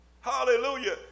Hallelujah